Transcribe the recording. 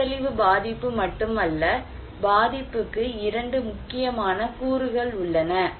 பேரழிவு பாதிப்பு மட்டுமல்ல பாதிப்புக்கு இரண்டு முக்கியமான கூறுகள் உள்ளன